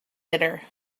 bitter